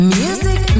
music